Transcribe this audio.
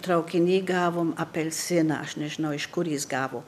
traukiny gavom apelsiną aš nežinau iš kur jis gavo